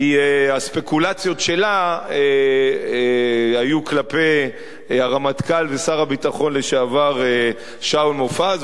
כי הספקולציות שלה היו כלפי הרמטכ"ל ושר הביטחון לשעבר שאול מופז.